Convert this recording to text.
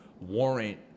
warrant